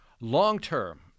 long-term